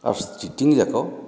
ଆଉ ଷ୍ଟିଚିଙ୍ଗ୍ ଯାକ